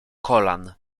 kolan